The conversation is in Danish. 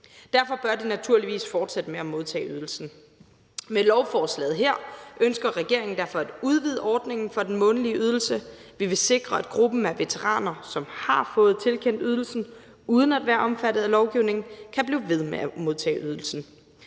Derfor bør de naturligvis fortsætte med at modtage ydelsen. Med lovforslaget her ønsker regeringen derfor at udvide ordningen for den månedlige ydelse; vi vil sikre, at gruppen af veteraner, som har fået tilkendt ydelsen uden at være omfattet af lovgivningen, kan blive ved med at modtage ydelsen,